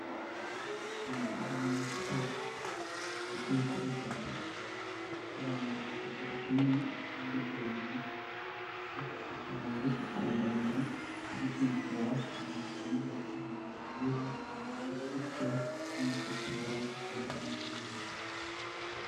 Umugore uri muri siporo wicaye kuri tapi yarambuye ukuguru kumwe ukundi guhenye yafatishije amaboko ku birenge ari kwigorora kugira ngo akomeze agire ubuzima bwiza umubiri we awiteho umugume ufite imbaraga kandi umeze neza.